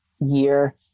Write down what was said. year